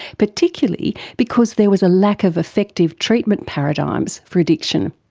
particularly because there was a lack of effective treatment paradigms for addiction.